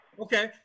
Okay